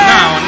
Now